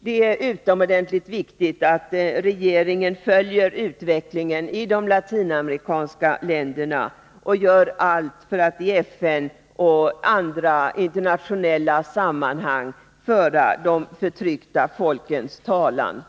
Det är utomordentligt viktigt att regeringen följer utvecklingen i de latinamerikanska länderna och gör allt för att i FN och andra internationella sammanhang föra de förtryckta folkens talan.